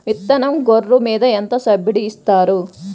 విత్తనం గొర్రు మీద ఎంత సబ్సిడీ ఇస్తారు?